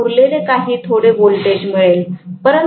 तर मला उरलेले अगदी थोडे व्होल्टेज मिळेल